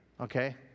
Okay